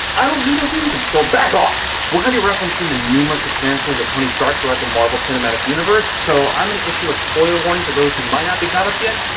i don't need a reason, so back off! we're gonna be referencing the numerous appearances of tony stark throughout the marvel cinematic universe so i'm gonna issue a spoiler warning for those who might not be caught up yet,